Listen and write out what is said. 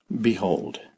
Behold